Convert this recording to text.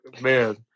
Man